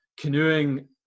canoeing